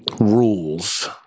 rules